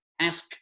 ask